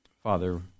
Father